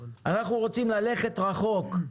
אנחנו רוצים ללכת רחוק,